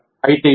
ఐతే ఏంటి